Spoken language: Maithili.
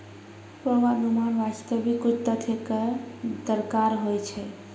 पुर्वानुमान वास्ते भी कुछ तथ्य कॅ दरकार होय छै